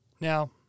Now